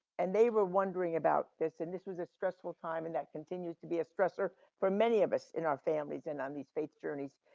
and they were wondering about this and this was a stressful time. and that continues to be a stressor for many of us in our families and on these faith journeys.